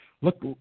Look